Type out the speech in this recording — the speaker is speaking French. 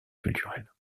culturelles